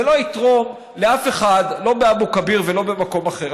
זה לא יתרום לאף אחד, לא באבו כביר ולא במקום אחר.